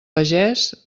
pagès